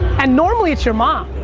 and normally it's your mom.